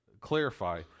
clarify